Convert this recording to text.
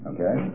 Okay